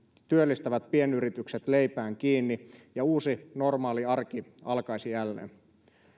työllistävät pienyritykset leipään kiinni ja uusi normaali arki alkaisi jälleen